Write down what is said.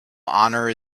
honour